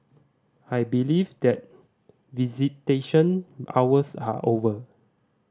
I believe that visitation hours are over